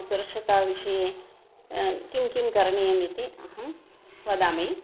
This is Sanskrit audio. सुरक्षताविषये किं किं करणीयमिति अहं वदामि